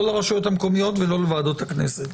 לא לרשויות המקומיות ולא לוועדות הכנסת.